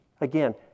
Again